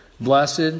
Blessed